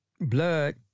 blood